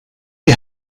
die